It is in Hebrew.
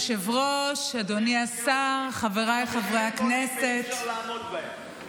מכיוון שרשות התחרות יחד עם אורנה ברביבאי הביאה את החוק הזה,